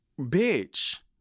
Bitch